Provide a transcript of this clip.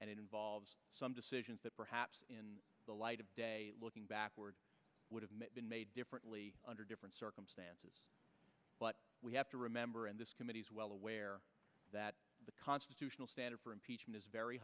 and it involves some decisions that perhaps in the light of looking backwards would have been made differently under different circumstances but we have to remember and this committee is well aware that the constitutional standard for impeachment is very